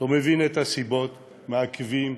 אני לא מבין את הסיבות, מעכבים,